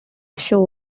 show